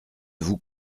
vous